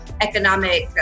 economic